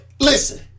Listen